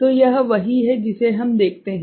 तो यह वही है जिसे हम देखते हैं